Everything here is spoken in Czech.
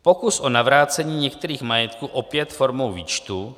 Pokus o navrácení některých majetků opět formou výčtu;